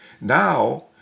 now